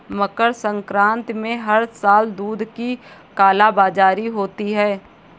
मकर संक्रांति में हर साल दूध की कालाबाजारी होती है